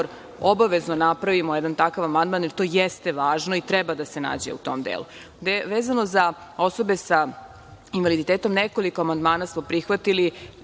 obavezno napravimo jedan takav amandman, jer to jeste važno i treba da se nađe u tom delu. Vezano za osobe sa invaliditetom, nekoliko amandmana smo prihvatili.